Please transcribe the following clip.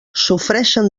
sofreixen